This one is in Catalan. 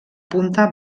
punta